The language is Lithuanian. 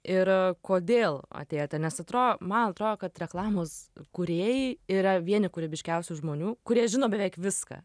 ir kodėl atėjote nes atrodo man atrodo kad reklamos kūrėjai yra vieni kūrybiškiausių žmonių kurie žino beveik viską